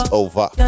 over